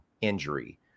injury